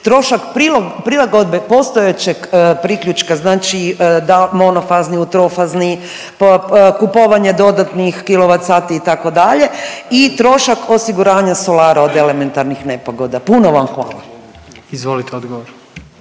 trošak prilagodbe postojećeg priključka da li monofazni u trofazni, kupovanje dodatnih kilovat sati itd. i trošak osiguranja solara od elementarnih nepogoda. Puno vam hvala. **Jandroković,